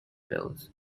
bills